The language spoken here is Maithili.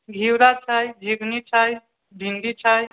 घिवड़ा छै घीबही छै भिन्डी छै